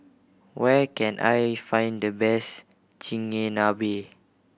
where can I find the best Chigenabe